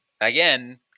again